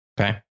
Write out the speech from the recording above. Okay